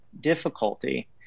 difficulty